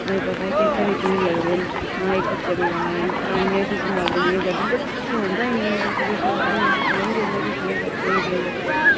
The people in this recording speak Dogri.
इ'यां पता ऐ कि घरै च इ'यां लगदे न आं एह् कच्चे मकान आं इसी इ'यां सम्हालदे न बट असें औंदा निं ऐ की के असेंगी कुसै सखाया निं ऐ इ'यां करचै केह् करचै